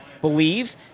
believe